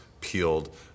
peeled